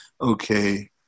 okay